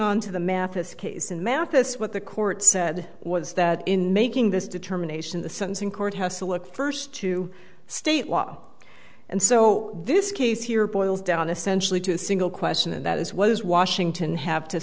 on to the mathis case in mathis what the court said was that in making this determination the sentencing court house a look first to state law and so this case here boils down essentially to a single question and that is what is washington have to